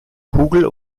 kugel